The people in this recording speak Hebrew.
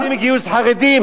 אתם רוצים גיוס חרדים?